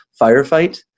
firefight